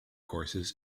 courses